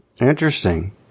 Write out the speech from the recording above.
interesting